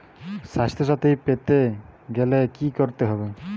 স্বাস্থসাথী পেতে গেলে কি করতে হবে?